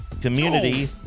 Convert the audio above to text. Community